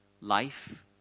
life